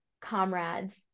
comrades